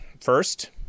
first